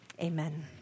Amen